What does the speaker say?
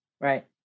Right